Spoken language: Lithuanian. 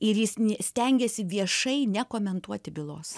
ir jis nė stengėsi viešai nekomentuoti bylos